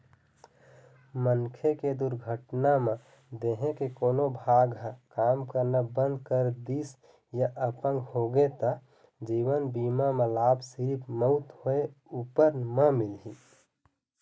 मनखे के दुरघटना म देंहे के कोनो भाग ह काम करना बंद कर दिस य अपंग होगे त जीवन बीमा म लाभ सिरिफ मउत होए उपर म मिलही